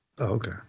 okay